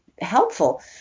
helpful